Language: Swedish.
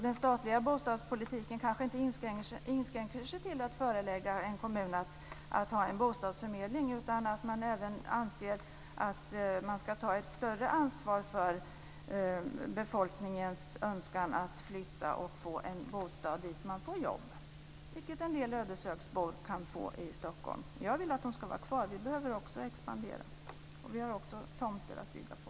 Den statliga bostadspolitiken inskränker sig kanske inte till att förelägga en kommun att ha en bostadsförmedling, utan man anser även att ett större ansvar ska tas för befolkningens önskan att flytta och få en bostad där man får jobb, vilket en del ödeshögsbor kan få i Stockholm. Jag vill dock att ödeshögsborna ska vara kvar, för också vi behöver expandera. Dessutom har vi tomter att bygga på.